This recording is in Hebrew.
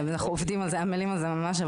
אנחנו עמלים על זה ממש,